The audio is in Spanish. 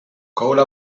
cole